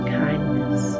kindness